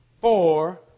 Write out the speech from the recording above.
four